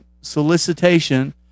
solicitation